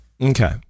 Okay